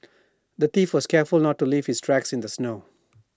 the thief was careful to not leave his tracks in the snow